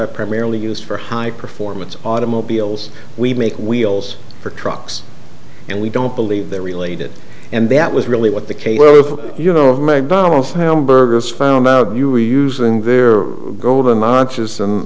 are primarily used for high performance automobiles we make wheels for trucks and we don't believe they're related and that was really what the case you know of mcdonald's hamburgers found out you were using their golden